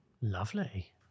Lovely